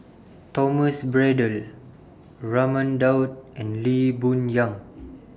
Thomas Braddell Raman Daud and Lee Boon Yang